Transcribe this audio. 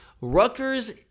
Rutgers